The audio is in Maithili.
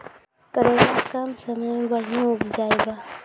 करेला कम समय मे बढ़िया उपजाई बा?